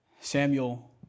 Samuel